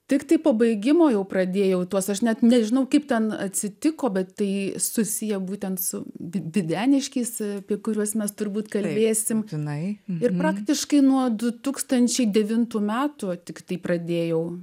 tiktai pabaigimo jau pradėjau tuos aš net nežinau kaip ten atsitiko bet tai susiję būtent su videniškiais apie kuriuos mes turbūt kalbėsim tinai ir praktiškai nuo du tūkstančiai devintų metų tiktai pradėjau